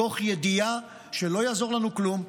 תוך ידיעה שלא יעזור לנו כלום,